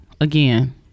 again